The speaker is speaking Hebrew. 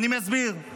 אני מסביר.